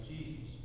Jesus